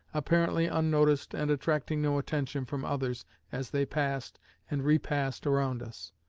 apparently unnoticed, and attracting no attention from others as they passed and repassed around us.